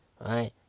right